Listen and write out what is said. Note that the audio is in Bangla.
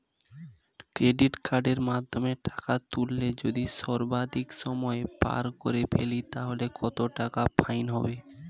ক্রেডিট কার্ডের মাধ্যমে টাকা তুললে যদি সর্বাধিক সময় পার করে ফেলি তাহলে কত টাকা ফাইন হবে?